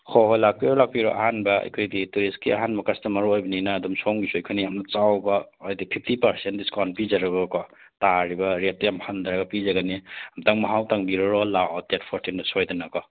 ꯍꯣꯍꯣ ꯂꯥꯛꯄꯤꯔꯣ ꯂꯥꯛꯄꯤꯔꯣ ꯑꯍꯥꯟꯕ ꯑꯩꯈꯣꯏꯒꯤ ꯇꯨꯔꯤꯁꯀꯤ ꯑꯍꯥꯟꯕ ꯀꯁꯇꯃꯔ ꯑꯣꯏꯕꯅꯤꯅ ꯑꯗꯨꯝ ꯁꯣꯝꯒꯤꯁꯨ ꯑꯩꯈꯣꯏꯅ ꯌꯥꯝ ꯆꯥꯎꯕ ꯍꯥꯏꯗꯤ ꯐꯤꯞꯇꯤ ꯄꯥꯔꯁꯦꯟ ꯗꯤꯁꯀꯥꯎꯟ ꯄꯤꯖꯔꯒꯀꯣ ꯇꯥꯔꯤꯕ ꯔꯦꯠꯇꯩ ꯌꯥꯝ ꯍꯟꯊꯔꯒ ꯄꯤꯖꯒꯅꯤ ꯑꯝꯇꯪ ꯃꯍꯥꯎ ꯇꯪꯕꯤꯔꯔꯣ ꯂꯥꯛꯑꯣ ꯗꯦꯠ ꯐꯣꯔꯇꯤꯟꯗ ꯁꯣꯏꯗꯅꯀꯣ